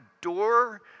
door